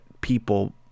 people